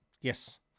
Yes